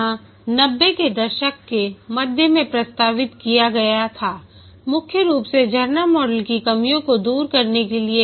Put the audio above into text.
यह 90 के दशक के मध्य में प्रस्तावित किया गया था मुख्य रूप से झरना मॉडल की कमियों को दूर करने के लिए